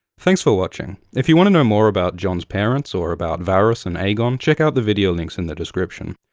thanks for watching. if you want to know more about jon's parents, or about varys and aegon, check out the video links in the description.